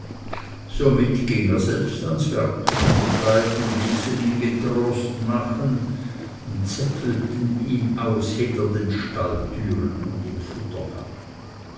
somit ging er selbst ans werk und die beiden ließen getrost ihn machen und zäpfelten ihn aus hinter den stalltüren und im futtergang